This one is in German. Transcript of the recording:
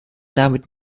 damit